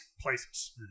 places